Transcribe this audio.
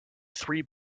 three